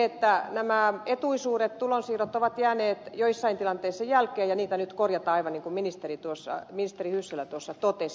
ja nämä etuisuudet tulonsiirrot ovat jääneet joissain tilanteissa jälkeen ja niitä nyt korjataan aivan niin kuin ministeri hyssälä totesi